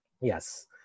Yes